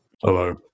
Hello